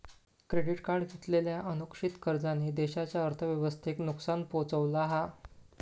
credit card घेतलेल्या असुरक्षित कर्जांनी देशाच्या अर्थव्यवस्थेक नुकसान पोहचवला हा